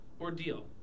ordeal